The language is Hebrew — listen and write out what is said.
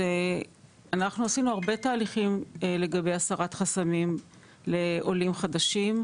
אנחנו עשינו הרבה תהליכים לגבי הסרת חסמים לעולים חדשים,